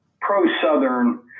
pro-Southern